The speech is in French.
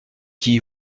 qui